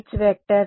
క్షమించండి